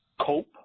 cope